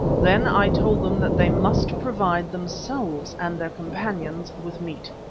then i told them that they must provide themselves and their companions with meat.